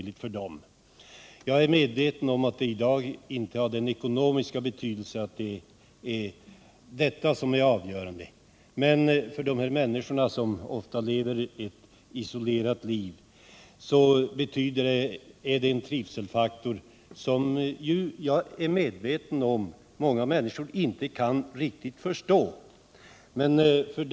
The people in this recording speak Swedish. Jag är medveten om att den i dag inte är av någon avgörande ekonomisk betydelse. Men för dess människor, som ofta lever ett isolerat liv, är det en trivselfaktor — som väger tungt. Jag är medveten om att många människor inte riktigt kan förstå detta.